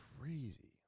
Crazy